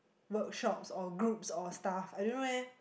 workshops or groups or staff I don't know eh